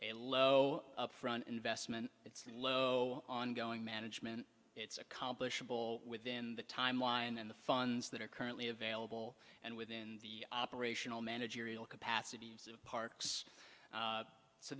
a low upfront investment it's low ongoing management it's accomplishable within the timeline and the funds that are currently available and within the operational managerial capacity of parks